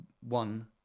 one